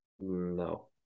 No